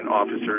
officers